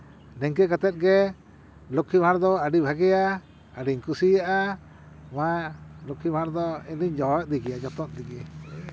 ᱱᱤᱝᱠᱟᱹ ᱠᱟᱛᱮᱫ ᱜᱮ ᱞᱚᱠᱠᱷᱤ ᱵᱷᱟᱬ ᱫᱚ ᱟᱹᱰᱤ ᱵᱷᱟᱹᱜᱤᱭᱟ ᱟᱨᱤᱧ ᱠᱩᱥᱤᱭᱟᱜᱼᱟ ᱟᱨ ᱞᱚᱠᱠᱷᱤ ᱵᱷᱟᱬ ᱫᱚ ᱤᱧ ᱫᱩᱧ ᱫᱚᱦᱚ ᱤᱫᱤ ᱜᱮᱭᱟ ᱡᱟᱣᱨᱟ ᱤᱫᱤ ᱜᱮᱭᱟ ᱡᱚᱛᱚᱱ ᱤᱫᱤ ᱜᱮᱭᱟ